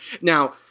now